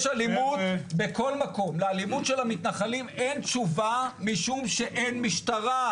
יש אלימות בכל מקום ולאלימות של המתנחלים אין תשובה משום שאין משטרה,